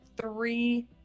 three